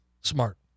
Smart